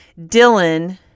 Dylan